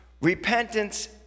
Repentance